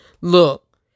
look